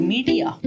Media